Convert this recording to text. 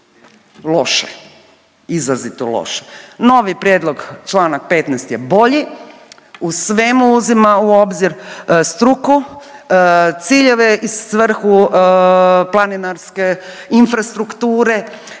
loše, izrazito loš. Novi prijedlog čl. 15. je bolji u svemu uzima u obzir struku, ciljeve i svrhu planinarske infrastrukture,